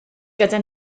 gyda